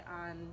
on